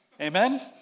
Amen